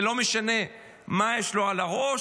ולא משנה מה יש לו על הראש,